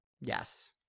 Yes